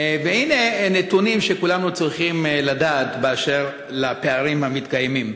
והנה נתונים שכולנו צריכים לדעת באשר לפערים המתקיימים: